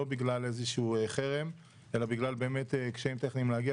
בגלל איזה חרם אלא בגלל באמת קשיים טכניים להגיע,